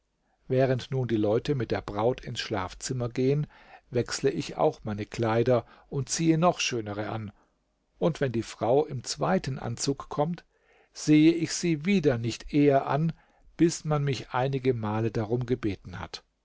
während nun die leute mit der braut ins schlafzimmer gehen wechsle ich auch meine kleider und ziehe noch schönere an und wenn die frau im zweiten anzug kommt sehe ich sie wieder nicht eher an bis man mich einige male darum gebeten hat